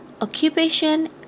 occupation